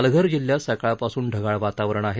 पालघर जिल्ह्यात सकाळ पासून ढगाळ वातावरण आहे